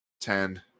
ten